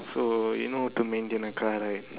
so you know how to maintain a car right